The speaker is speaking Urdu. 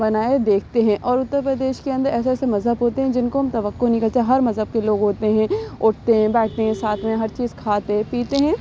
بنائے دیکھتے ہیں اور اتر پردیش کے اندر ایسے ایسے مذہب ہوتے ہیں جن کو ہم توقع نہیں کرتے ہر مذہب کے لوگ ہوتے ہیں اٹھتے ہیں بیٹھتے ہیں ساتھ میں ہر چیز کھاتے ہیں پیتے ہیں